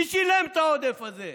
מי שילם את העודף הזה?